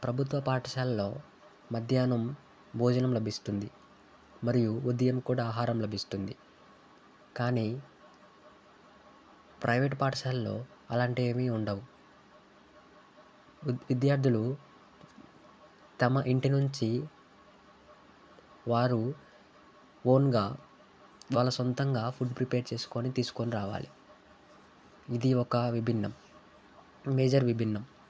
ప్రభుత్వ పాఠశాలలో మధ్యాహ్నం భోజనం లభిస్తుంది మరియు ఉదయం కూడా ఆహారం లభిస్తుంది కాని ప్రైవేట్ పాఠశాలలో అలాంటివి ఏమీ ఉండవు విద్యార్థులు తమ ఇంటి నుంచి వారు ఓన్గా వాళ్ళ సొంతంగా ఫుడ్ ప్రిపేర్ చేసుకొని తీసుకొని రావాలి ఇది ఒక విభిన్నం మేజర్ విభిన్నం